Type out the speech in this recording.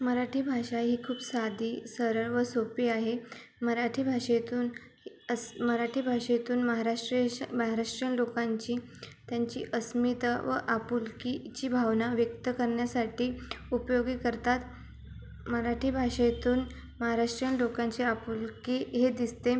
मराठी भाषा ही खूप साधी सरळ व सोपी आहे मराठी भाषेतून अस मराठी भाषेतून महाराष्ट्रीय महाराष्ट्रीयन लोकांची त्यांची अस्मिता व आपुलकीची भावना व्यक्त करण्यासाठी उपयोगी करतात मराठी भाषेतून महाराष्ट्रीयन लोकांची आपुलकी हे दिसते